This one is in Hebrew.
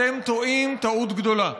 אתם טועים טעות גדולה.